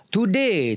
Today